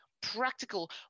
practical